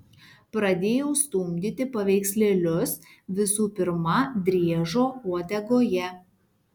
pradėjau stumdyti paveikslėlius visų pirma driežo uodegoje